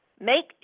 Make